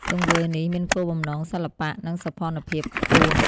ទង្វើនេះមានគោលបំណងសិល្បៈ និងសោភ័ណភាពខ្ពស់។